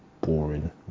boring